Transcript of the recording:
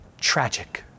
tragic